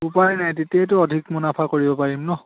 উপায় নাই তেতিয়াইতো অধিক মুনাফা কৰিব পাৰিম ন